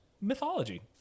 Mythology